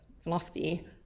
philosophy